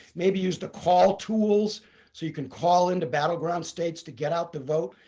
maybe use the call tools so you can call into battleground states to get out the vote.